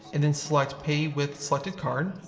and then select pay with selected card.